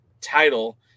title